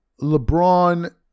LeBron